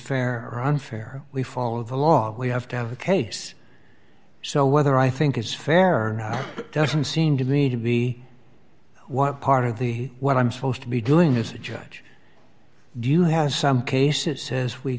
fair or unfair we follow the law we have to have a case so whether i think is fair or doesn't seem to me to me what part of the what i'm supposed to be doing is a judge do you have some case it says we